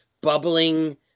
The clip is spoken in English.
bubbling